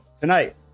tonight